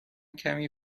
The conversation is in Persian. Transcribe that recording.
کمی